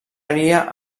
seria